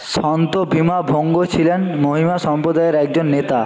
সন্ত ভীমা ভঙ্গ ছিলেন মহিমা সম্প্রদায়ের একজন নেতা